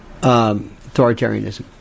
authoritarianism